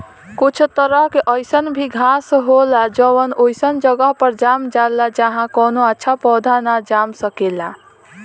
कुछ तरह के अईसन भी घास होला जवन ओइसन जगह पर जाम जाला जाहा कवनो अच्छा पौधा ना जाम सकेला